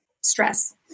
stress